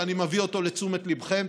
ואני מביא אותו לתשומת ליבכם,